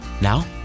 Now